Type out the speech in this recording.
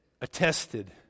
attested